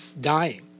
dying